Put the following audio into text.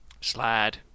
Slide